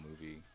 movie